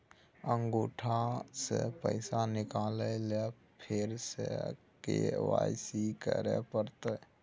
अंगूठा स पैसा निकाले लेल फेर स के.वाई.सी करै परतै?